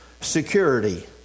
security